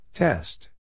Test